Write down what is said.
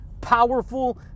powerful